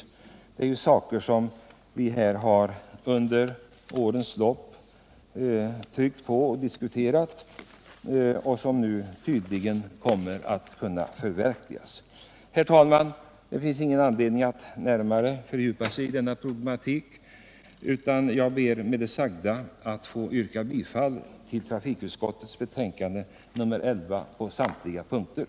Det är sådant som vi tryckt på under årens lopp och här har diskuterat som nu tydligen kommer att kunna förverkligas. Herr talman! Det finns ingen anledning att ytterligare fördjupa sig i denna problematik, utan jag ber med det sagda att på samtliga punkter få yrka bifall till utskottets hemställan i trafikutskottets betänkande nr 11.